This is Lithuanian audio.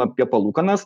apie palūkanas